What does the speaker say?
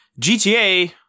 GTA –